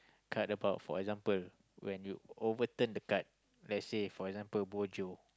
kind about for example when you overturn the card let's say for example bo jio